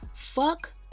Fuck